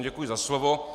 Děkuji za slovo.